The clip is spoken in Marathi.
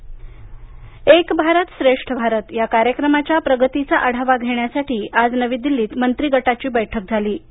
एक भारत एक भारत श्रेष्ठ भारत या कार्यक्रमाच्या प्रगतीचा आढावा घेण्यासाठी आज नवी दिल्लीत मंत्रीगटाची बैठक झाली